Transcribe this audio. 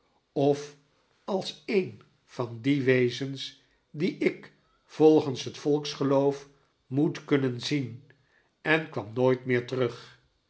of als een van die wezens die ik volgens het volksgeloof moest kunnen zien en kwam nooit meer terug